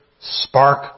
spark